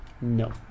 No